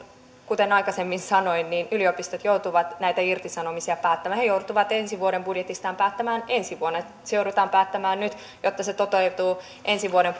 kuten aikaisemmin sanoin yliopistot joutuvat näistä irtisanomisista päättämään he joutuvat ensi vuoden budjetistaan päättämään se joudutaan päättämään nyt jotta se toteutuu ensi vuoden